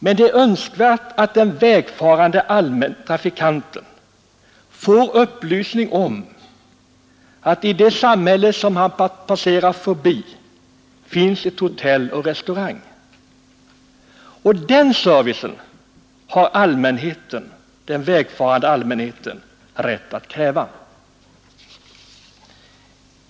Men det är önskvärt att den vägfarande allmäntrafikanten får upplysning om att det i det samhälle han passerar förbi finns ett hotell och en restaurang, och denna service har den vägfarande allmänheten rätt att kräva.